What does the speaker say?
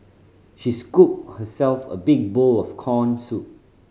she scooped herself a big bowl of corn soup